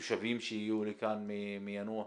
התושבים שהגיעו לכאן מיאנוח,